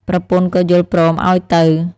ប្រពន្ធក៏យល់ព្រមឱ្យទៅ។